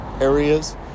areas